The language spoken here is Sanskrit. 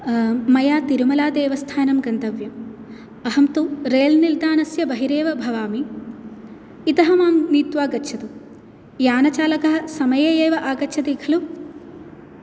मया तिरुमलादेवस्थानं गन्तव्यम् अहं तु रेल्मिल् स्थानस्य बहिरेव भवामि इतः मां नीत्वा गच्छतु यानचालकः समये एव आगच्छति खलु